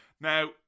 Now